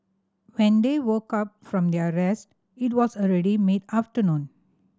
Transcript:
when they woke up from their rest it was already mid afternoon